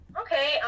Okay